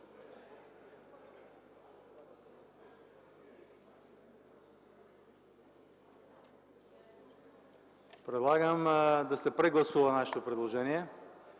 Предлагам да се прегласува нашето предложение